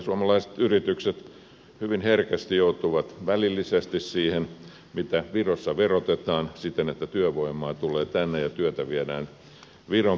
eteläsuomalaiset yritykset hyvin herkästi joutuvat välillisesti siihen mitä virossa verotetaan siten että työvoimaa tulee tänne ja työtä viedään viron puolelle